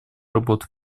работы